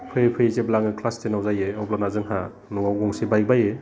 फैयै फैयै जेब्ला आङो क्लास टेनाव जायो अब्लाना जोंना न'आव गंसे बाइक बायो